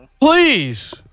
Please